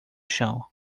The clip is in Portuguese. chão